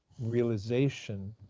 realization